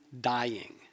dying